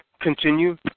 continue